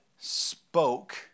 spoke